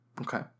Okay